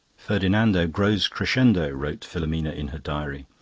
ferdinando goes crescendo wrote filomena in her diary.